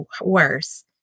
worse